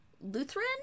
Lutheran